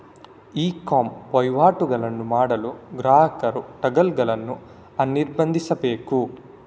E com ವಹಿವಾಟುಗಳನ್ನು ಮಾಡಲು ಗ್ರಾಹಕರು ಟಾಗಲ್ ಗಳನ್ನು ಅನಿರ್ಬಂಧಿಸಬೇಕು